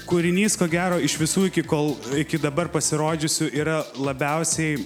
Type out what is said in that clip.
kūrinys ko gero iš visų iki kol iki dabar pasirodžiusių yra labiausiai